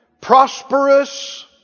prosperous